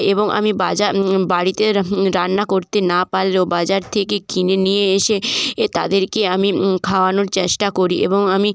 এবং আমি বাজা বাড়িতে রান্না করতে না পারলেও বাজার থেকে কিনে নিয়ে এসে এ তাদেরকে আমি খাওয়ানোর চেষ্টা করি এবং আমি